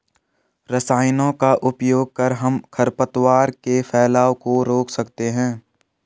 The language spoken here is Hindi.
रसायनों का उपयोग कर हम खरपतवार के फैलाव को रोक सकते हैं